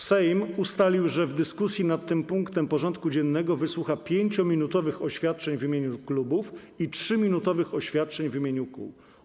Sejm ustalił, że w dyskusji nad tym punktem porządku dziennego wysłucha 5-minutowych oświadczeń w imieniu klubów i 3-minutowych oświadczeń w imieniu kół.